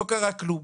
לא קרה כלום,